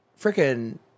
freaking